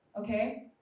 okay